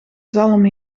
zalm